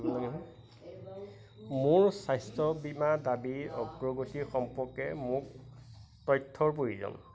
মোৰ স্বাস্থ্য বীমা দাবীৰ অগ্ৰগতি সম্পৰ্কে মোক তথ্যৰ প্ৰয়োজন